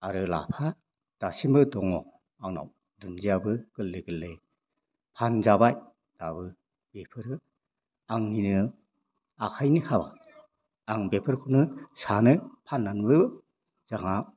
आरो लाफा दासिमबो दङ आंनाव दुनदियाबो गोललै गोललै फानजाबाय दायो बेफोरो आंनिनो आखाइनि हाबा आं बेफोरखौनो सानो फाननानैबो जोंहा